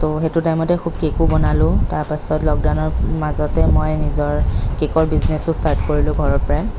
তো সেইটো টাইমতে খুব কেকো বনালোঁ তাৰপাছত লকডাউনৰ মাজতে মই নিজৰ কেকৰ বিজনেচো ষ্টাৰ্ট কৰিলোঁ ঘৰৰপৰাই